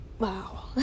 wow